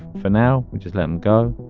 for now, which is letting go,